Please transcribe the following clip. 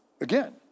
again